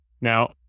Now